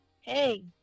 Hey